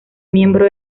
miembro